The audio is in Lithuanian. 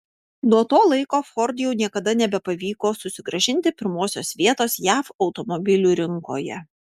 nuo to laiko ford jau niekada nebepavyko susigrąžinti pirmosios vietos jav automobilių rinkoje